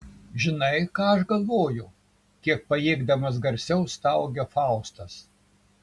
žinai ką aš galvoju kiek pajėgdamas garsiau staugia faustas